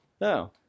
No